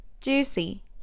juicy